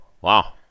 Wow